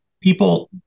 People